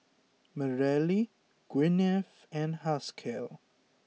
Mareli Gwyneth and Haskell